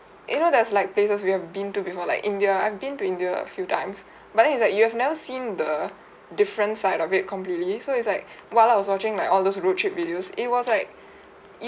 you know there's like places we have been to before like india I've been to india a few times but then it's like that you have never seen the different side of it completely so it's like while I was watching like all those road trip videos it was like